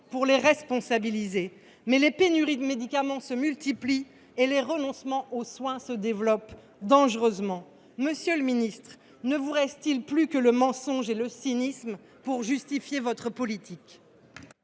pour les responsabiliser, alors que les pénuries de médicaments se multiplient et que les renoncements aux soins se développent dangereusement. Monsieur le ministre, ne vous reste t il plus que le mensonge et le cynisme pour justifier votre politique ?